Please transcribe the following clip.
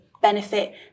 benefit